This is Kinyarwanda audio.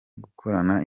gukorana